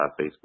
Facebook